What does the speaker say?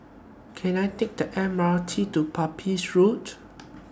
Can I Take The M R T to Pepys Road